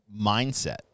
mindset